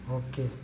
okay